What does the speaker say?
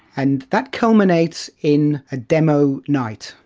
and that culminates in a demo night.